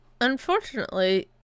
Unfortunately